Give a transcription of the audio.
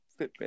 Fitbit